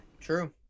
true